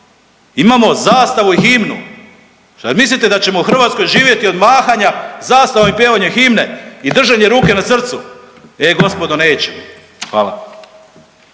Imamo zastavu i himnu. Šta mislite da ćemo u Hrvatskoj živjeti od mahanja zastavom i pjevanjem himne i držanje ruke na srcu? E gospodo, nećemo. Hvala.